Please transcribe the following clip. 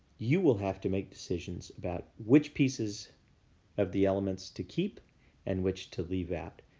you will have to make decisions about which pieces of the elements to keep and which to leave out.